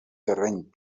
terreny